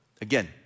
Again